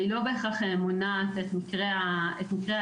והיא לא בהכרח מונעת את מקרי האלימות,